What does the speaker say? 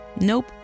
Nope